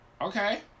Okay